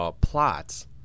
plots